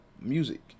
music